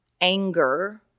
anger